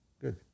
good